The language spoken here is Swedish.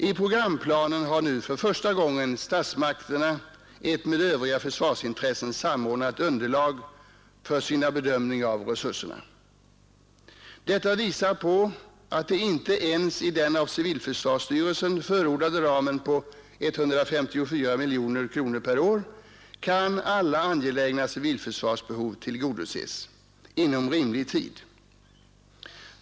I programplanen har nu för första gången statsmakterna ett med övriga försvarsintressen samordnat underlag för sin bedömning av resurserna. Detta visar att inte ens i den av civilförsvarsstyrelsen förordade ramen på 154 miljoner kronor per år kan alla angelägna civilförsvarsbehov tillgodoses inom rimlig tid.